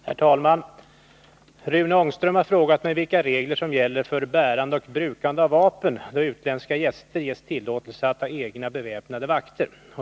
Herr talman! Rune Ångström har frågat mig vilka regler som gäller för bärande och brukande av vapen då utländska gäster ges tillåtelse att ha egna beväpnade vakter.